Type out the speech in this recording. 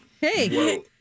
Hey